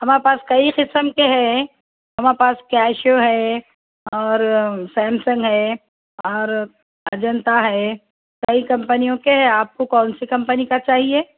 ہمارے پاس کئے قسم کے ہیں ہمارے پاس کیشو ہے اور سیمسنگ ہے اور اجنتا ہے کئی کمپنیوں کے آپ کو کون سی کمپنی کا چاہیے